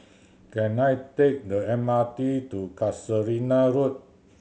can I take the M R T to Casuarina Road